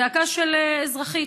זעקה של אזרחית: